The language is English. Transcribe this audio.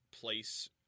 place